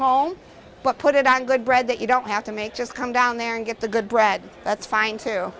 home but put it on good bread that you don't have to make just come down there and get the good bread that's fine too